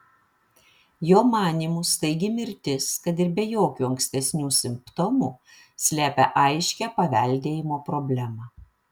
jo manymu staigi mirtis kad ir be jokių ankstesnių simptomų slepia aiškią paveldėjimo problemą